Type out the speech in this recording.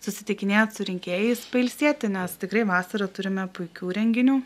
susitikinėt su rinkėjais pailsėti nes tikrai vasarą turime puikių renginių